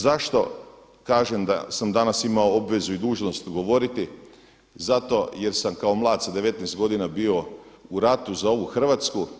Zašto kažem da sam danas imao obvezu i dužnost govoriti zato jer sam kao mlad sa 19 godina bio u ratu za ovu Hrvatsku.